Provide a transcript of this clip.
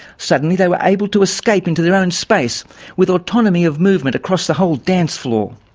suddenly they were able to escape into their own space with autonomy of movement across the whole dance floor.